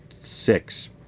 six